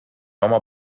oma